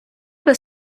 без